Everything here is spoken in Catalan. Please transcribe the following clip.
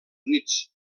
units